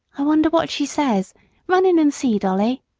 i wonder what she says run in and see, dolly.